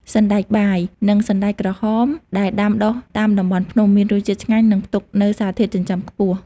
សណ្តែកបាយ និងសណ្តែកក្រហមដែលដាំដុះតាមតំបន់ភ្នំ មានរសជាតិឆ្ងាញ់ និងផ្ទុកនូវសារធាតុចិញ្ចឹមខ្ពស់។